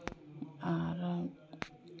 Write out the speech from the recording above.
ᱟᱨ